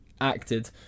acted